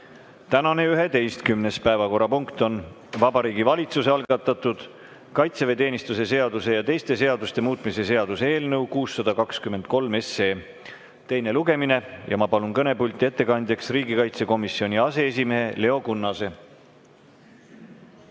Tänane 11. päevakorrapunkt on Vabariigi Valitsuse algatatud kaitseväeteenistuse seaduse ja teiste seaduste muutmise seaduse eelnõu 623 teine lugemine. Ma palun kõnepulti ettekandjaks riigikaitsekomisjoni aseesimehe Leo Kunnase!